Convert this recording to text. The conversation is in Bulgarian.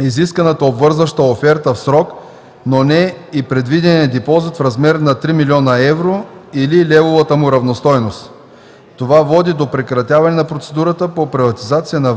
изискваната обвързваща оферта в срок, но не и предвидения депозит в размер на 3 млн. евро или левовата му равностойност. Това води до прекратяване на процедурата по приватизация на